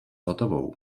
hotovou